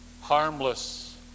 harmless